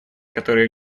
которые